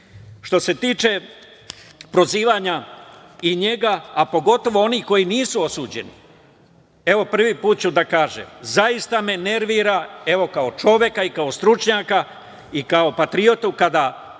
se tiče prozivanja i njega, a pogotovo onih koji nisu osuđeni, evo, prvi put ću da kažem da me zaista nervira, kao čoveka i kao stručnjaka i kao patriotu, kada